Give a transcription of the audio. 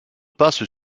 passe